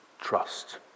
trust